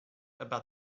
about